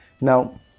Now